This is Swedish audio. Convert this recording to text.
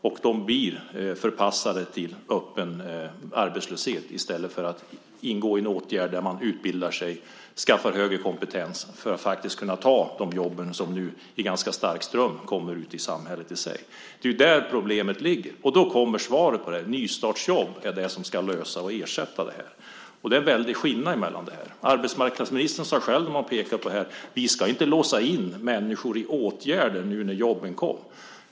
Dessa människor blir förpassade till öppen arbetslöshet i stället för att ingå i en åtgärd där man utbildar sig och skaffar högre kompetens för att faktiskt kunna ta de jobb som nu i ganska stark ström kommer ut i samhället. Det är ju där problemet ligger. Då kommer svaret på det här. Nystartsjobb är det som ska lösa och ersätta det här. Det finns en väldig skillnad här. Arbetsmarknadsministern sade själv när man pekade på det här: Vi ska inte låsa in människor i åtgärder nu när jobben kommer.